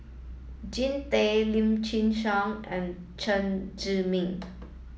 Jean Tay Lim Chin Siong and Chen Zhiming